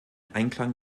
einklang